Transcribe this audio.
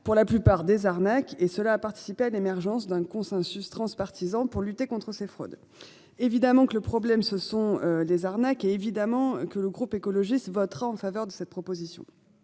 pour la plupart des arnaques et cela à participer à l'émergence d'un consensus transpartisan pour lutter contre ces fraudes. Évidemment que le problème ce sont les arnaques et évidemment que le groupe écologiste votera en faveur de cette proposition.